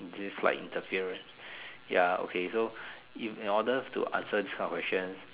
is this like interference ya okay so in in order to answer these type of questions